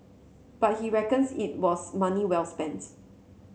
but he reckons it was money well spent